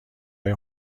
های